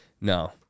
No